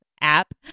app